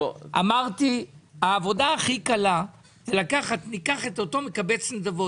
אמרתי העבודה הכי קלה היא לקחת את אותו מקבץ נדבות